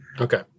Okay